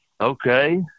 okay